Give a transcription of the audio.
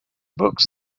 books